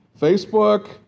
Facebook